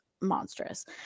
monstrous